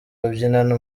babyinana